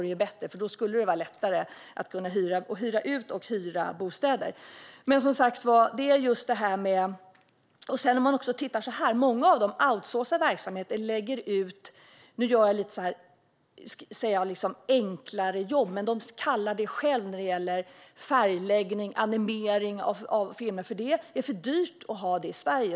Det vore bättre, för då skulle det vara lättare att hyra ut och hyra bostäder. Många av dem lägger ut enklare jobb såsom färgläggning och animering av filmer. Det är för dyrt att ha i Sverige.